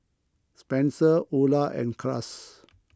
Spenser Ula and Cruz